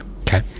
Okay